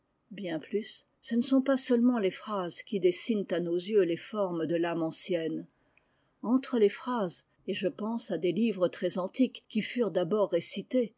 bien plus ce ne sont pas seulement les phrases qui dessinent à nos yeux les formes de l'âme ancienne entre les phrases et je pense à des livres très antiques qui furent d'abord récités